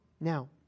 Now